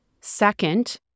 Second